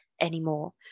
anymore